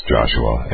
Joshua